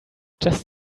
just